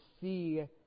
see